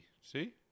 See